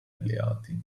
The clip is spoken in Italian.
alleati